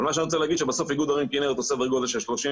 אבל מה שאני רוצה להגיד זה שבסוף איגוד ערים כנרת הוא סדר גודל של 30%,